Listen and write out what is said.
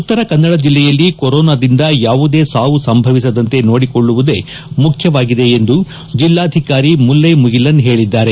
ಉತ್ತರ ಕನ್ನಡ ಜಿಲ್ಲೆಯಲ್ಲಿ ಕೊರೊನಾ ದಿಂದ ಯಾವುದೇ ಸಾವು ಸಂಭವಿಸದಂತೆ ನೋಡಿಕೊಳ್ಳುವುದೇ ಮುಖ್ಯವಾಗಿದೆ ಎಂದು ಜಿಲ್ವಾಧಿಕಾರಿ ಮುಲ್ಲೆ ಮುಗಿಲನ್ ಹೇಳದ್ದಾರೆ